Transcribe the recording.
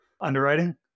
underwriting